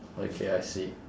okay I see